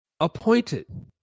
appointed